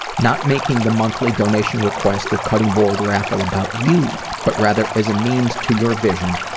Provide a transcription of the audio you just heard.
not making the monthly donation request or cutting board raffle about you, but rather as a means to your vision,